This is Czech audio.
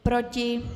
Proti?